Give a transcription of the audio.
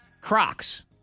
Crocs